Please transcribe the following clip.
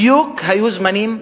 בדיוק היו זמנים,